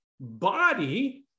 body